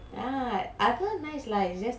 I prefer it fresh